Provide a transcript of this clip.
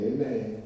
Amen